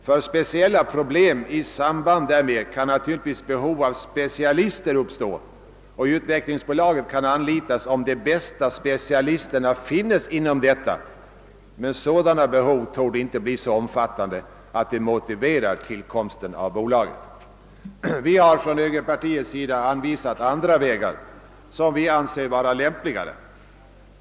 För speciella problem i samband därmed kan naturligtvis behov av specialister uppstå och utvecklingsbolaget kan anlitas om de bästa specialisterna finnes inom detta, men sådana behov torde inte bli så omfattande att de motiverar tillkomsten av bolaget.» Från högerpartiets sida har vi anvisat andra vägar som vi anser vara lämpligare.